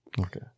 Okay